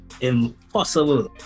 impossible